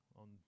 on